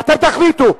אתם תחליטו.